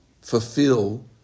fulfill